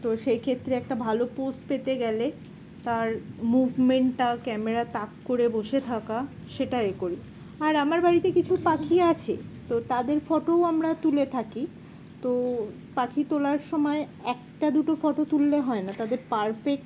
তো সেই ক্ষেত্রে একটা ভালো পোজ পেতে গেলে তার মুভমেন্টটা ক্যামেরা তাক করে বসে থাকা সেটাই করি আর আমার বাড়িতে কিছু পাখি আছে তো তাদের ফটোও আমরা তুলে থাকি তো পাখি তোলার সময় একটা দুটো ফটো তুললে হয় না তাদের পারফেক্ট